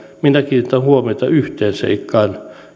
minä kiinnitän huomiota yhteen seikkaan